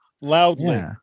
loudly